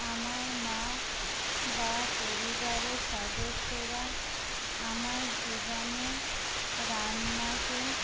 আমার মা বা পরিবারের সদস্যরা আমার জীবনে রান্নাকে